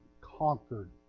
conquered